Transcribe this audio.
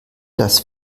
das